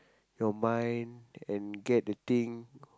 your mind and get the thing